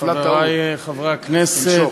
חברי חברי הכנסת,